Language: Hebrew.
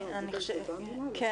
אני